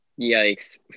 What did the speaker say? Yikes